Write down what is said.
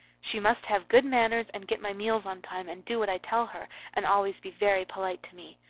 she must have good manners and get my meals on time and do what i tell her and always be very polite to me.